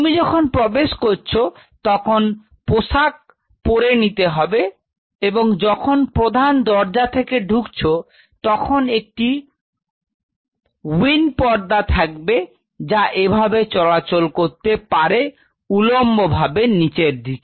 তুমি যখন প্রবেশ করছ তখন পোশাক পরে নিতে হবে এবং যখন প্রধান দরজা থেকে ঢুকছো তখন একটি উইন্ড পর্দা থাকবে যা এভাবে চলাচল করতে পারে উলম্বভাবে নিচের দিকে